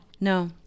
no